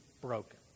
broken